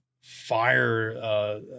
fire